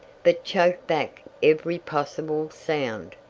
but choked back every possible sound.